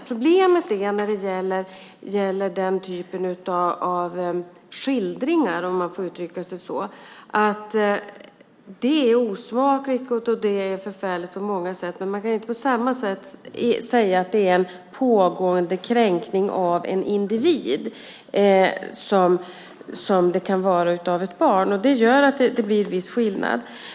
Problemet är när det gäller den typ av skildringar - om man får uttrycka sig så - som är osmakliga och förfärliga på många sätt men som man inte på samma sätt kan säga är en pågående kränkning av en individ som det kan vara av ett barn. Det gör att det blir viss skillnad.